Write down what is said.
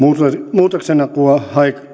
muutoksenhakuaika